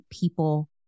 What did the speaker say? people